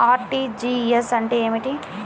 RTGS అంటే ఏమిటి?